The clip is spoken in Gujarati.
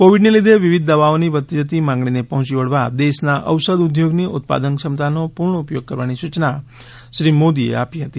કોવિડના લીધે વિવિધ દવાઓની વધતી જતી માગણીને પહોંચી વળવા દેશના ઔષધ ઉદ્યોગની ઉત્પાદન ક્ષમતાનો પૂર્ણ ઉપયોગ કરવાની સૂચના શ્રી મોદીએ આપી હતી